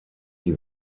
die